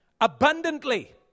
Abundantly